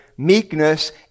meekness